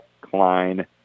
Klein